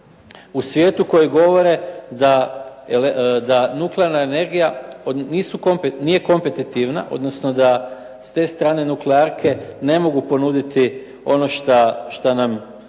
u svijetu koje govore da nuklearna energije nije kompetitivna, odnosno da s te strane nuklearke ne mogu ponuditi ono šta nam